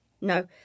No